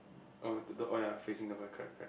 oh the dog oh ya facing the wall correct correct